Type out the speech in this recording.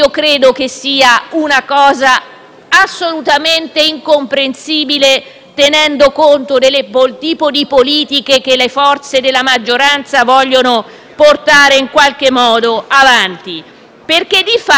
assolutamente incomprensibile, tenendo conto del tipo di politiche che le forze della maggioranza vogliono portare avanti. Il problema è che, di fatto, pur